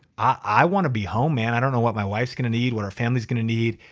i wanna be home. and i don't know what my wife's gonna need, what our family's gonna need.